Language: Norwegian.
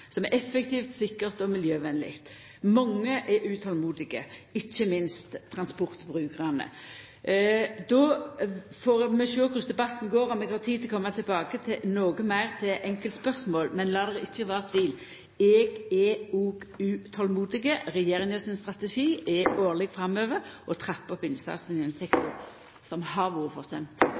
som er effektivt, sikkert og miljøvennleg. Mange er utolmodige, ikkje minst transportbrukarane. Då får vi sjå korleis debatten går – om eg har tid til å koma noko meir tilbake til enkeltspørsmåla, men lat det ikkje vera nokon tvil: Eg er òg utolmodig. Regjeringa sin strategi er årleg framover å trappa opp innsatsen i ein sektor som har vore